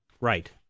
right